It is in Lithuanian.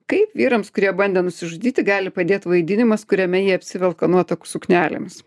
kaip vyrams kurie bandė nusižudyti gali padėt vaidinimas kuriame jie apsivelka nuotakų suknelėmis